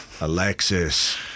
Alexis